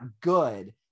good